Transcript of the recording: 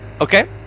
Okay